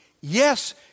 Yes